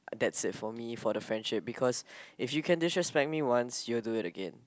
that's it for me for the friendship because if you can disrespect me once you will do it again